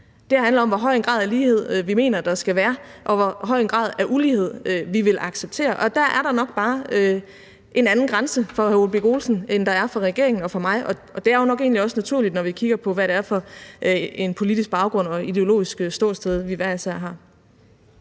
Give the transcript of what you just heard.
Det her handler om, hvor høj en grad af lighed vi mener der skal være, og hvor høj en grad af ulighed vi vil acceptere – og der er der nok bare en anden grænse for hr. Ole Birk Olesen, end der er for regeringen og for mig, og det er jo egentlig nok også naturligt, når vi kigger på, hvad det er for en politisk baggrund og ideologisk ståsted, vi hver især har.